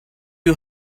you